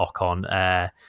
ocon